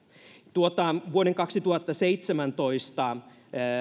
tuota vuoden kaksituhattaseitsemäntoista